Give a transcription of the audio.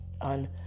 on